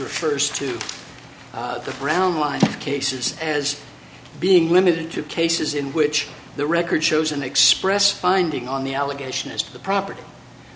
refers to the brown line cases as being limited to cases in which the record shows an express finding on the allegation is the property